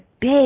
big